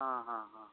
ಹಾಂ ಹಾಂ ಹಾಂ ಹಾಂ